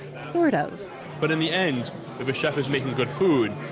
sort of but in the end, if a chef is making good food,